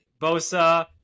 Bosa